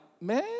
man